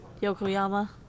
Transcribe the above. Yokoyama